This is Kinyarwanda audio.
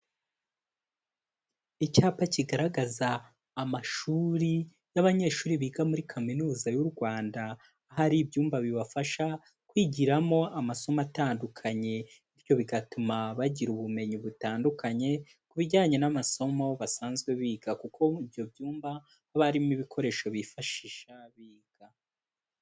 Icyapa kigaragaza amashuri n'abanyeshuri biga muri kaminuza y'u Rwanda, hari ibyumba bibafasha kwigiramo amasomo atandukanye, bityo bigatuma bagira ubumenyi butandukanye ku bijyanye n'amasomo basanzwe biga, kuko ibyo byumba haba harimo ibikoresho bifashisha biga.